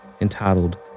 entitled